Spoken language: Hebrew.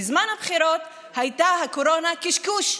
בזמן הבחירות הייתה הקורונה קשקוש: